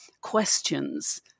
questions